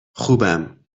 خوبم